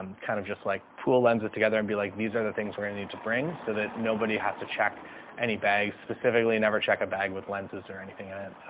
um kind of just like pool lenses together and be like, these are the things we're gonna need to bring so that nobody has to check any bags specifically. never check a bag with lenses or anything in it.